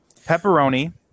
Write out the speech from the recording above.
Pepperoni